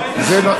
נו.